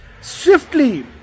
swiftly